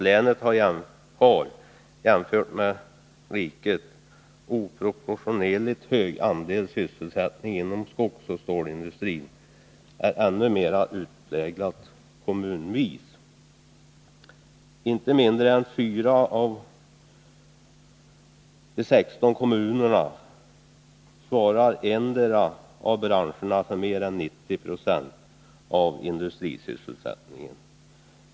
Länet har jämfört med riket oproportionerligt hög andel sysselsatta inom skogsoch stålindustrin, och det förhållandet är ännu mer utpräglat kommunvis. I inte mindre än fyra av de sexton kommunerna svarar endera av branscherna för mer än 90 96 av industrisysselsättningen.